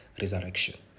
resurrection